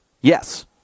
Yes